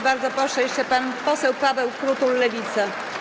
Bardzo proszę, jeszcze pan poseł Paweł Krutul, Lewica.